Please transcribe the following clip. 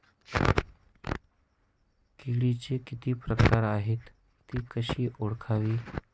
किडीचे किती प्रकार आहेत? ति कशी ओळखावी?